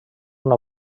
una